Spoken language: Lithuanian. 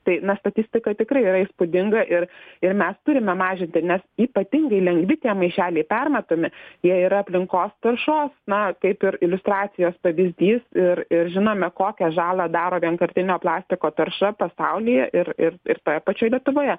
tai na statistika tikrai yra įspūdinga ir ir mes turime mažinti nes ypatingai lengvi tie maišeliai permatomi jie yra aplinkos taršos na kaip ir iliustracijos pavyzdys ir ir žinome kokią žalą daro vienkartinio plastiko tarša pasaulyje ir ir ir toje pačioj lietuvoje